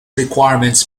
requirements